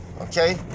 okay